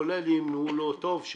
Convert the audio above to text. כולל אם הוא לא טוב,